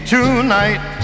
Tonight